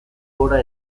gora